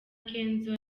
kenzo